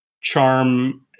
charm